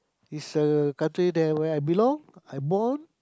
is a country there where I belong I born